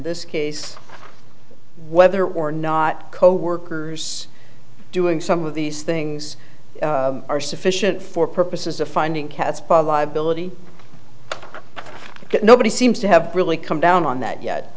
this case whether or not coworkers doing some of these things are sufficient for purposes of finding catspaw liability nobody seems to have really come down on that yet